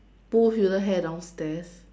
pull sister's hair downstairs